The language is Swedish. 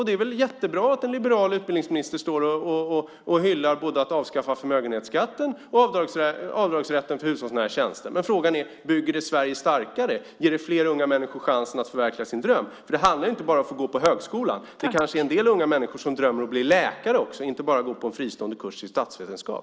Det är väl jättebra att en liberal utbildningsministern hyllar ett avskaffande av förmögenhetsskatten och avdragsrätten för hushållsnära tjänster. Men frågan är: Bygger det Sverige starkare? Ger det fler unga människor chansen att förverkliga sina drömmar? Det handlar ju inte bara om att få gå på högskolan. En del unga människor drömmer kanske om att bli läkare också och inte bara om att gå på en fristående kurs i statsvetenskap.